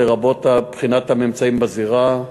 לרבות בחינת הממצאים בזירה,